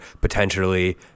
potentially